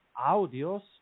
audios